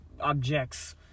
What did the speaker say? objects